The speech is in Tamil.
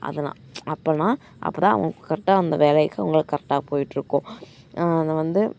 அதெல்லாம் அப்பன்னா அப்போ தான் அவங்க கரெக்டாக அந்த வேலைக்கு அவங்களால கரெக்டாக போயிட்டுருக்கும் அது வந்து